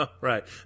Right